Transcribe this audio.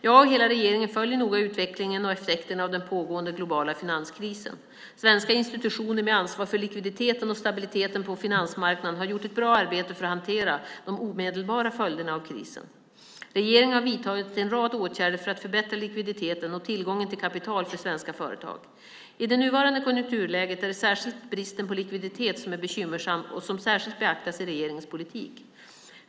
Jag och hela regeringen följer noga utvecklingen och effekterna av den pågående globala finanskrisen. Svenska institutioner med ansvar för likviditeten och stabiliteten på finansmarknaden har gjort ett bra arbete för att hantera de omedelbara följderna av krisen. Regeringen har vidtagit en rad åtgärder för att förbättra likviditeten och tillgången till kapital för svenska företag. I det nuvarande konjunkturläget är det särskilt bristen på likviditet som är bekymmersam och som särskilt beaktats i regeringens politik.